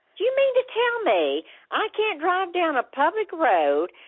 do you mean to tell me i can't drive down a public road,